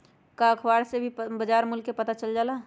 का अखबार से भी बजार मूल्य के पता चल जाला?